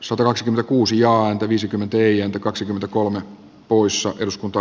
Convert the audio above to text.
soros kuusi ja antoi viisikymmentäneljä kaksikymmentäkolme poissa eduskunta